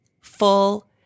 full